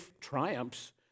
triumphs